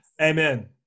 Amen